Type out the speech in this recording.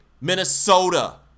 Minnesota